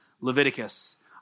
Leviticus